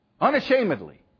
unashamedly